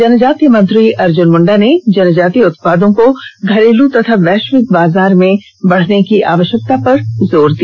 जनजातीय मंत्री अर्जुन मुंडा ने जनजातीय उत्पादों को घरेलू तथा वैश्विक बाजार में बढ़ाने की आवश्यकता पर जोर दिया